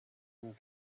and